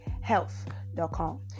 health.com